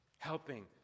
Helping